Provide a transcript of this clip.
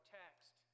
text